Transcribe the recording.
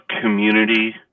community